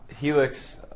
Helix